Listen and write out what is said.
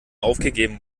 aufgegeben